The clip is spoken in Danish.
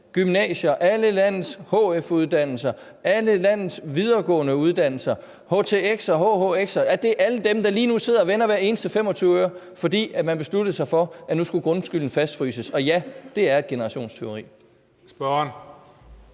gymnasier, alle landets hf-uddannelser, alle landets videregående uddannelser, htx og hhx, alle dem, der lige nu sidder og vender hver eneste 25 øre, fordi man besluttede sig for, at nu skulle grundskylden fastfryses. Og ja, det er et generationstyveri.